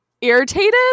irritated